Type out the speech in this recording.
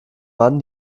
mann